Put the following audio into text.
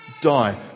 die